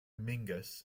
mingus